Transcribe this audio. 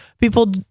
People